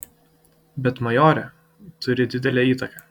bet majorė turi didelę įtaką